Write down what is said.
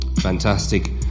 Fantastic